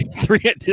three